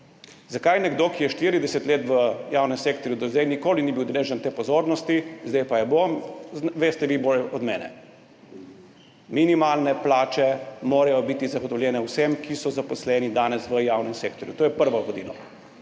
Zakaj nekdo, ki je 40 let v javnem sektorju, do zdaj nikoli ni bil deležen te pozornosti, zdaj pa je bo, veste vi bolje od mene. Minimalne plače morajo biti zagotovljene vsem, ki so zaposleni danes v javnem sektorju. To je prvo vodilo.